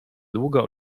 długo